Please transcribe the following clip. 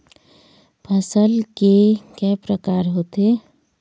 फसल के कय प्रकार होथे?